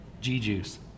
G-juice